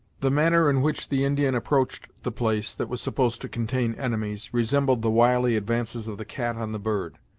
the manner in which the indian approached the place that was supposed to contain enemies, resembled the wily advances of the cat on the bird.